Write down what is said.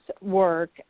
work